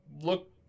look